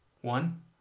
One